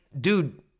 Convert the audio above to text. dude